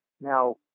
Now